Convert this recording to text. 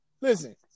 listen